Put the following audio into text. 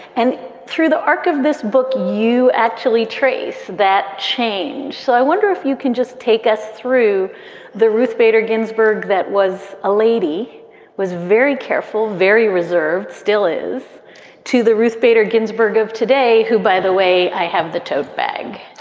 and through the arc of this book, you actually trace that change. so i wonder if you can just take us through the ruth bader ginsburg. that was a lady was very careful, very reserved. still is to the ruth bader ginsburg of today, who, by the way, i have the tote bag